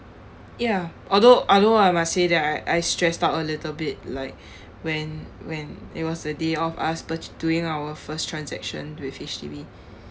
ya although although I must say that I I stressed out a little bit like when when it was the day of us purch~ doing our first transaction with H_D_B